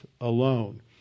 alone